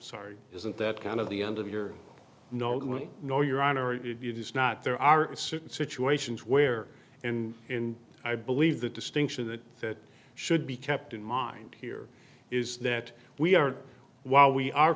sorry isn't that kind of the end of your no no your honor it is not there are certain situations where and in i believe the distinction that that should be kept in mind here is that we are while we are